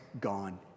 gone